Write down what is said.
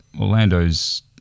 Orlando's